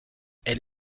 elle